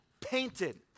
painted